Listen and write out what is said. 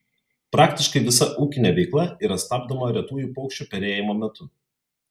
praktiškai visa ūkinė veikla yra stabdoma retųjų paukščių perėjimo metu